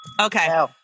Okay